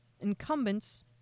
incumbents